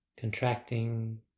contracting